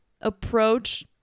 approach